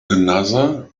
another